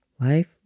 life